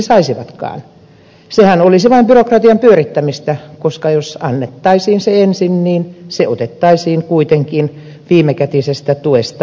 miksi saisivatkaan sehän olisi vain byrokratian pyörittämistä koska jos annettaisiin se ensin niin se otettaisiin kuitenkin viimekätisestä tuesta pois